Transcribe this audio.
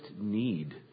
need